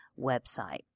website